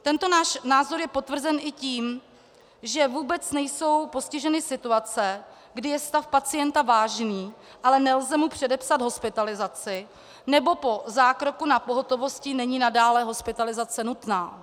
Tento náš názor je potvrzen i tím, že vůbec nejsou postiženy situace, kdy je stav pacienta vážný, ale nelze mu předepsat hospitalizaci nebo po zákroku na pohotovosti není nadále hospitalizace nutná.